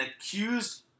accused